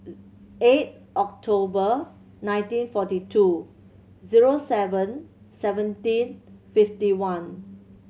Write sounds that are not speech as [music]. [unintelligible] eight October nineteen forty two zero seven seventeen fifty one